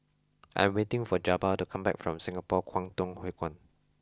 I am waiting for Jabbar to come back from Singapore Kwangtung Hui Kuan